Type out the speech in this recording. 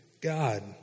God